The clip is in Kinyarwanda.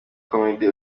comedy